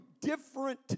different